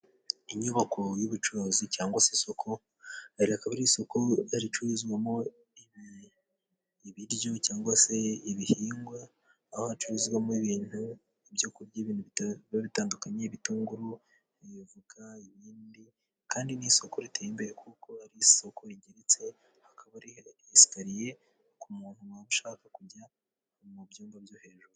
Inyubako y'ubucuruzi cyangwa se isoko. Iri akaba ari isoko ricururizwamo ibiryo cyangwa se ibihingwa, aho hacuruzwamo ibintu byo kurya bitandukanye, ibitunguru, avoka n'ibindi. Kandi n'isoko riteye imbere kuko ari isoko rigeretse hakaba risakariye ku muntu waba ushaka kujya mu byumba byo hejuru.